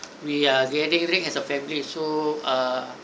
we are getting linked as a family so uh